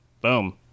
Boom